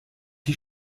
die